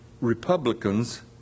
Republicans